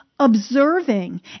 observing